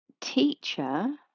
teacher